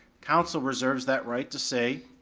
council reserves that right to say,